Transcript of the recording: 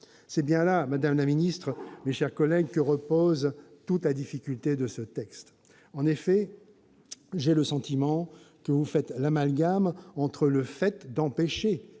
cohésion. Madame la ministre, c'est bien là que réside toute la difficulté de ce texte. En effet, j'ai le sentiment que vous faites l'amalgame entre le fait d'empêcher